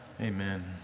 Amen